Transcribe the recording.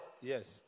Yes